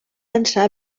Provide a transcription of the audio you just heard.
pensar